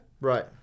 right